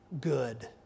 good